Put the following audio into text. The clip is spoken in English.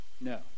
No